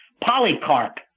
Polycarp